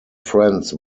friends